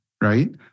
right